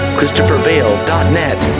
Christophervale.net